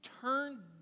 turn